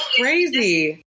crazy